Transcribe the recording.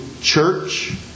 church